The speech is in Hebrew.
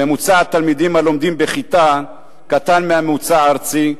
ממוצע התלמידים הלומדים בכיתה קטן מהממוצע הארצי,